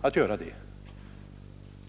på problemet.